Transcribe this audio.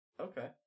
Okay